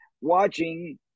watching